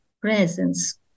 presence